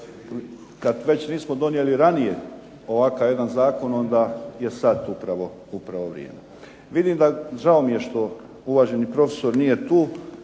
Kada već nismo donijeli ranije ovakav jedan zakon onda je sada upravo vrijeme. Vidim da žao mi je što uvaženi profesor nije tu,